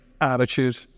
attitude